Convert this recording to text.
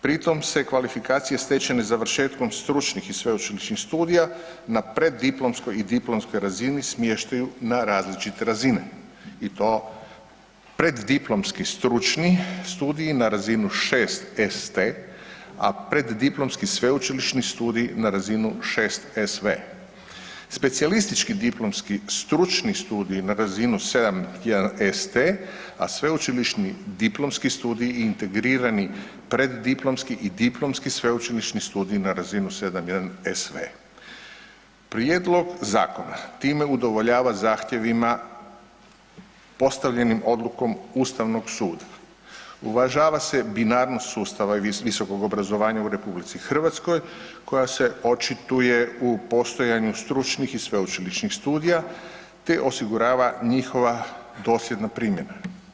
Pri tom se kvalifikacije stečene završetkom stručnih i sveučilišnih studija na preddiplomskoj i diplomskoj razini smještaju na različite razine i to preddiplomski stručni studij na razinu 6 ST a preddiplomski sveučilišni studij na razinu 6 SV, specijalistički diplomski stručni studij na razinu 7.1 ST a sveučilišni diplomski studij i integrirani preddiplomski i diplomski sveučilišni na razinu 7.1 SV. Prijedlog zakona time udovoljava zahtjevima postavljenim odlukom Ustavnog suda, uvažava se binarnost sustava visokog obrazovanja u RH koja se očituje u postojanju stručnih sveučilišnih studija te osigurava njihova dosljedna primjena.